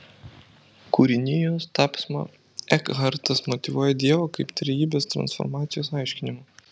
kūrinijos tapsmą ekhartas motyvuoja dievo kaip trejybės transformacijos aiškinimu